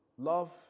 Love